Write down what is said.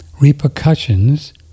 repercussions